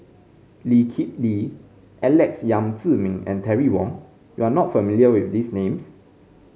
Lee Kip Lee Alex Yam Ziming and Terry Wong You are not familiar with these names